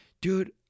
dude